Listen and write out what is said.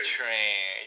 Train